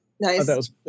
Nice